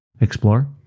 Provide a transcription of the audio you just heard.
explore